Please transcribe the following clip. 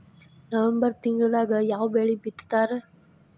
November ತಿಂಗಳದಾಗ ಯಾವ ಬೆಳಿ ಬಿತ್ತತಾರ?